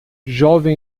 jovem